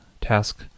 task